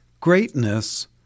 Greatness